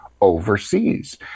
overseas